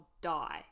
die